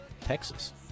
Texas